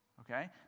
Okay